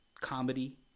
comedy